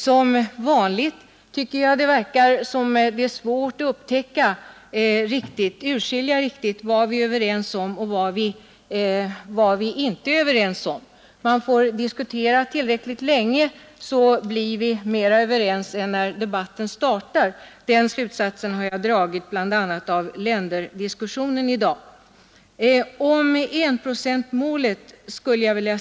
Som vanligt verkar det vara svårt att riktigt kunna urskilja vad vi är överens om och vad vi inte är överens om. Men får vi diskutera tillräckligt länge blir vi mera överens än vi var när debatten startade; den slutsatsen har jag i dag dragit av bl.a. länderdiskussionen.